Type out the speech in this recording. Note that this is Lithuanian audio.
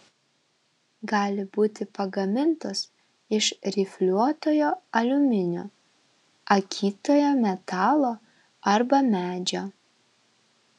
gali būti pagamintos iš rifliuotojo aliuminio akytojo metalo arba medžio